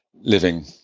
living